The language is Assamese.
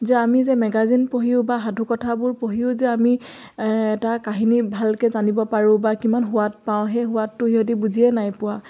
যে আমি যে মেগাজিন পঢ়িও বা সাধুকথাবোৰ পঢ়িও যে আমি এটা কাহিনী ভালকৈ জানিব পাৰোঁ বা কিমান সোৱাদ পাওঁ সেই সোৱাদটো সিহঁতে বুজিয়ে নাই পোৱা